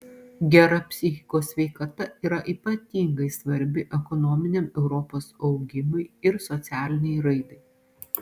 gera psichikos sveikata yra ypatingai svarbi ekonominiam europos augimui ir socialinei raidai